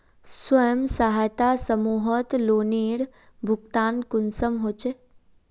स्वयं सहायता समूहत लोनेर भुगतान कुंसम होचे?